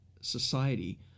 society